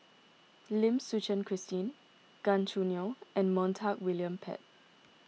Lim Suchen Christine Gan Choo Neo and Montague William Pett